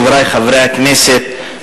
חברי חברי הכנסת,